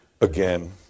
again